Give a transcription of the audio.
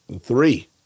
Three